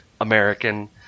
American